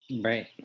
Right